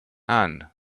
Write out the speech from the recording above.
and